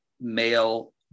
male-